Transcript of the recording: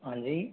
हाँ जी